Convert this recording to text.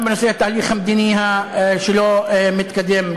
גם בנושא התהליך המדיני שלא מתקדם,